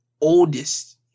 oldest